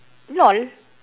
lol